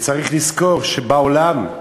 וצריך לזכור שבעולם,